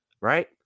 Right